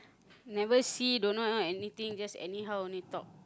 never see don't know anything just anyhow only talk